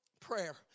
prayer